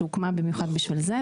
שהוקמה במיוחד בשביל זה,